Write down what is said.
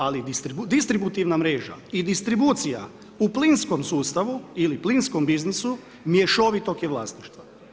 Ali, distributivna mreža i distribucija u plinskom sustavu ili plinskom biznisu mjesto istog je vlasništva.